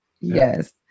Yes